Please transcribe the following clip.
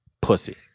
pussy